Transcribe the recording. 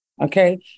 Okay